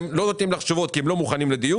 הם לא עונים לך תשובות כי הם לא מוכנים לדיון,